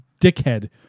dickhead